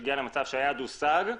שהגיעה למצב שהיעד הושג,